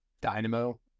Dynamo